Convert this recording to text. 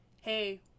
hey